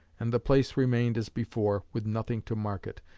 and the place remained as before, with nothing to mark it,